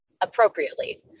appropriately